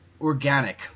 organic